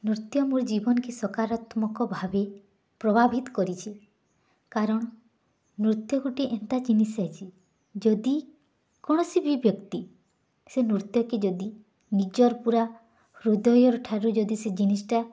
ନୃତ୍ୟ ମୋର୍ ଜୀବନ୍ କେ ସକାରାତ୍ମକ ଭାବେ ପ୍ରଭାବିତ୍ କରିଛି କାରଣ୍ ନୃତ୍ୟ ଗୋଟେ ଏନ୍ତା ଜିନିଷ୍ ହେ ଯଦି କୌଣସି ବି ବ୍ୟକ୍ତି ସେ ନୃତ୍ୟକେ ଯଦି ନିଜର୍ ପୂରା ହୃଦୟର୍ ଠାରୁ ଯଦି ସେ ଜିନିଷ୍ଟା